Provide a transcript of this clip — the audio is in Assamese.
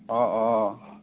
অঁ অঁঁ